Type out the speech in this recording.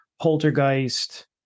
Poltergeist